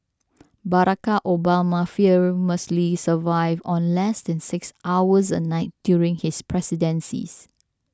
Barack Obama famously survived on less than six hours a night during his presidency